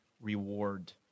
reward